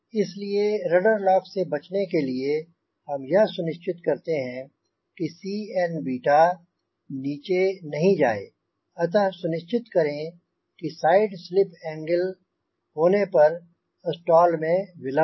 इस लिए rudder lock से बचने के लिए हम यह सुनिश्चित करते हैं कि Cnनीचे नहीं जाये अतः सुनिश्चित करें कि साइड स्लिप एंगल होने पर स्टाल में विलम्ब हो